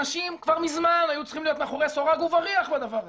אנשים כבר מזמן היו צריכים להיות מאחורי סורג ובריח בדבר הזה.